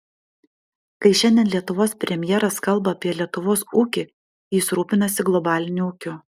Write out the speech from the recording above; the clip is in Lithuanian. kai šiandien lietuvos premjeras kalba apie lietuvos ūkį jis rūpinasi globaliniu ūkiu